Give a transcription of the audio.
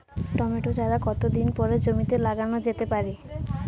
Tomato চারা কতো দিন পরে জমিতে লাগানো যেতে পারে?